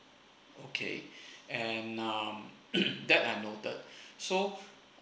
okay and um that I noted so